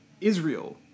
Israel